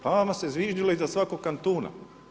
Pa vama se zviždilo iza svakog kantuna.